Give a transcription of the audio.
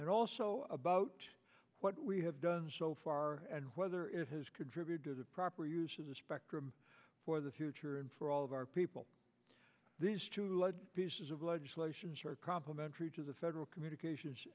and also about what we have done so far and whether it has contributed a proper use of the spectrum for the future and for all of our people these two lead pieces of legislation sure complementary to the federal communications